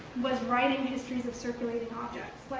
was writing histories of circulating objects,